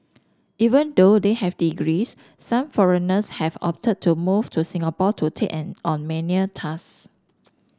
even though they have degrees some foreigners have opted to move to Singapore to take on on menial task